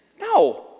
No